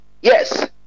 Yes